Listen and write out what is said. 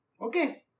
okay